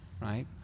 right